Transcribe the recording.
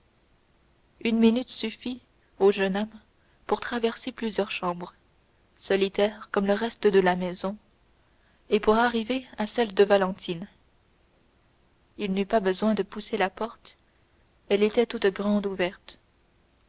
une minute suffit au jeune homme pour traverser plusieurs chambres solitaires comme le reste de la maison et pour arriver jusqu'à celle de valentine il n'eut pas besoin de pousser la porte elle était toute grande ouverte